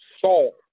Saul